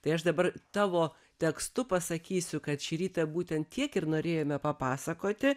tai aš dabar tavo tekstu pasakysiu kad šį rytą būtent tiek ir norėjome papasakoti